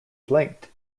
blinked